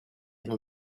and